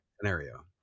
scenario